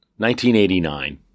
1989